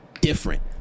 different